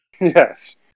Yes